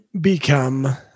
become